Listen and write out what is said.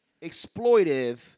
exploitive